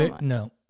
no